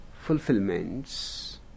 fulfillments